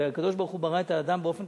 הרי הקדוש-ברוך-הוא ברא את האדם באופן